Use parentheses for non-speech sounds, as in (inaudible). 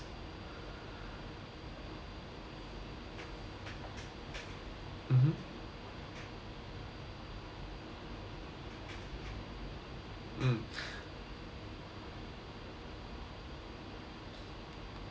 mmhmm mm (breath)